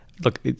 Look